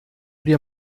dir